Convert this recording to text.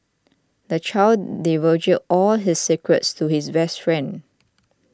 the child divulged all his secrets to his best friend